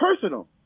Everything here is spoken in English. personal